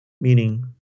meaning